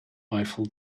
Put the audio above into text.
eiffel